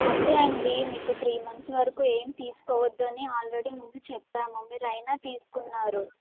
అదే ఆండీ మీకు త్రీ మంత్స్ వరకు ఏం తీసుకోవద్దని ఆల్రెడీ ముందు చెప్పాము మీరు అయినా తీసుకున్నారు